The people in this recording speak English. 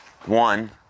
One